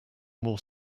more